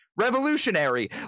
revolutionary